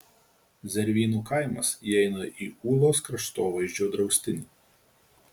zervynų kaimas įeina į ūlos kraštovaizdžio draustinį